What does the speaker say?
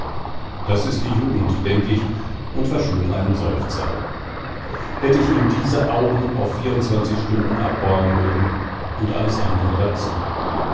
das ist die jugend denk ich und verschluck einen seufzer hätt ich ihm diese augen auf vierundzwanzig stunden abborgen mögen und alles andre dazu